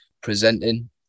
presenting